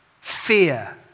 Fear